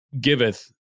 giveth